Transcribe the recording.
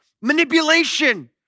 manipulation